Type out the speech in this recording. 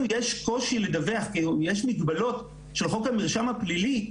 יש קושי לדווח כי יש מגבלות של חוק המרשם הפלילי,